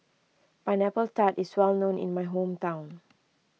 Pineapple Tart is well known in my hometown